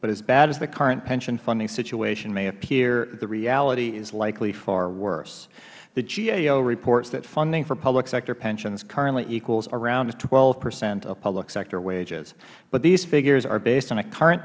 but as bad as the current pension funding situation may appear the reality is likely far worse the gao reports that funding for public sector pensions currently equals around twelve percent of public sector wages but these figures are based on current